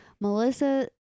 Melissa